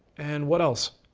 and what else?